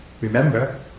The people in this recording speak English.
remember